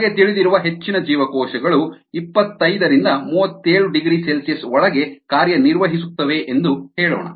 ನಮಗೆ ತಿಳಿದಿರುವ ಹೆಚ್ಚಿನ ಜೀವಕೋಶಗಳು 25 37ºC ಒಳಗೆ ಕಾರ್ಯನಿರ್ವಹಿಸುತ್ತವೆ ಎಂದು ಹೇಳೋಣ